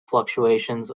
fluctuations